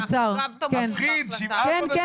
זה כסף צבוע.